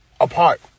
apart